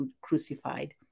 crucified